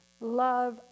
Love